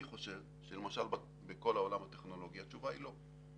אני חושב שלמשל בכל העולם הטכנולוגי התשובה היא לא,